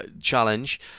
challenge